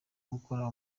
gukora